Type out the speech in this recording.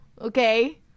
okay